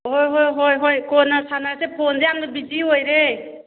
ꯍꯣꯏ ꯍꯣꯏ ꯍꯣꯏ ꯍꯣꯏ ꯀꯣꯟꯅ ꯁꯥꯟꯅꯔꯁꯦ ꯐꯣꯟꯁꯦ ꯌꯥꯝꯅ ꯕꯤꯖꯤ ꯑꯣꯏꯔꯦ